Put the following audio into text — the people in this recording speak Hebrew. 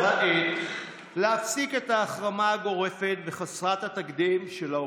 הגיעה העת להפסיק את ההחרמה הגורפת וחסרת התקדים של האופוזיציה.